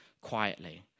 quietly